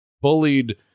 bullied